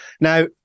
Now